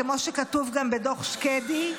כמו שכתוב גם בדוח שקדי,